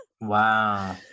Wow